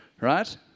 Right